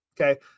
okay